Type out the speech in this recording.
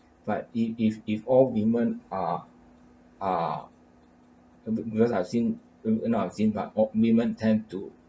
but it if if all women are are uh be~ because I've seen ugh you know I've seen but women tend to